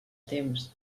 temps